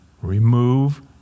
Remove